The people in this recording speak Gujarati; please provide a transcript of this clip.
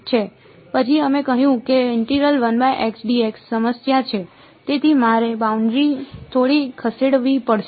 પછી અમે કહ્યું કે સમસ્યા છે તેથી મારે બાઉન્ડ્રી થોડી ખસેડવી પડશે